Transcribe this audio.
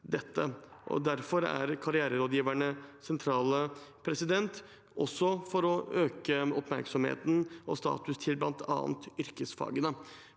Derfor er karriererådgiverne sentrale også for å øke oppmerksomheten og statusen til bl.a. yrkesfagene.